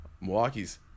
Milwaukee's